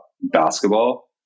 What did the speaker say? basketball